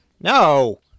No